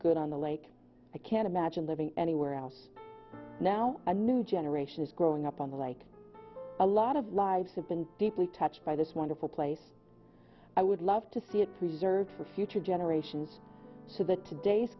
good on the lake i can't imagine living anywhere else now a new generation is growing up on the like a lot of lives have been deeply touched by this wonderful place i would love to see it preserved for future generations so that today's